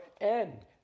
end